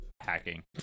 hacking